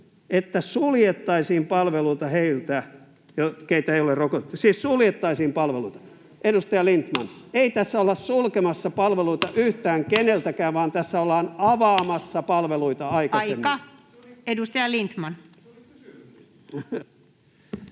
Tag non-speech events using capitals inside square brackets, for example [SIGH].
että suljettaisiin palveluita heiltä, keitä ei ole rokotettu?” Siis suljettaisiin palveluita. Edustaja Lindtman, [NOISE] ei tässä olla sulkemassa palveluita yhtään keneltäkään, vaan tässä ollaan avaamassa palveluita aikaisemmin. [Puhemies: Aika!]